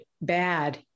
bad